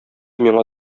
миңа